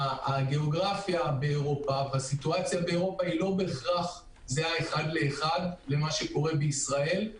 המצב באירופה לא בהכרח זהה לאחד לאחד למה שקורה בישראל.